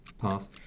Pass